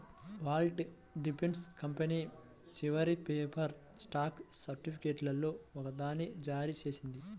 Walt Disney company చివరి paper stock సర్టిఫికేట్లలో ఒకదాన్ని జారీ చేసింది